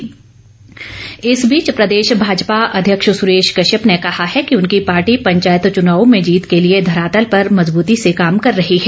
सुरेश कश्यप इस बीच प्रदेश भाजपा अध्यक्ष सुरेश कश्यप ने कहा है कि उनकी पार्टी पंचायत चूनावों में जीत के लिए धरातल पर मज़बूती से काम कर रही है